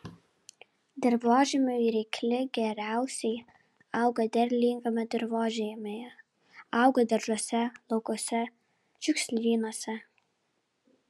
dirvožemiui reikli geriausiai auga derlingame dirvožemyje auga daržuose laukuose šiukšlynuose